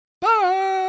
Bye